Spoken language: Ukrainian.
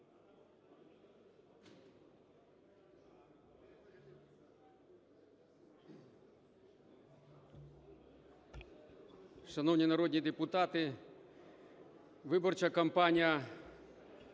Шановні народні депутати, виборча кампанія